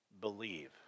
believe